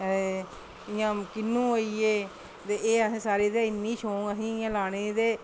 ते इं'या किन्नू होइये ते एह् असें सारे ते इन्नी शौक असें लाने दी ते